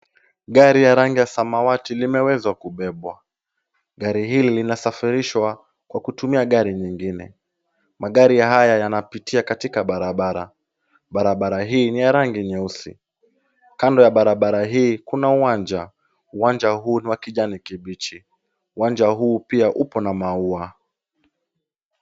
Gari ya rangi ya samawati limeweza kubebwa. Gari hili linasafirishwa kwa kutumia gari nyingine. Magari haya yanapitia katika barabara. Barabara hii ni ya rangi nyeusi. Kando ya barabara hii kuna uwanja. Uwanja huu ni wa kijani kibichi. Uwanja huu pia upo na maua.